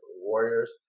Warriors